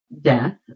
death